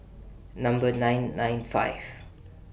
Number nine nine five